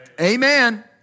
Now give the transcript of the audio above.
Amen